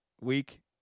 week